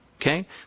Okay